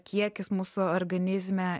kiekis mūsų organizme